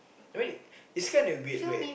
I mean it's kinda weird where